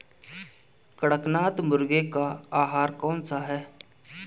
कड़कनाथ मुर्गे का आहार कौन सा है?